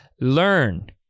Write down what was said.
learn